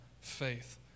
faith